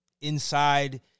inside